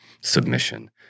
submission